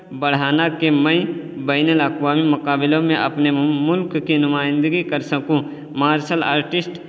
بڑھانا کہ میں بین الاقوامی مقابلوں میں اپنے ملک کی نمائندگی کر سکوں مارشل آرٹسٹ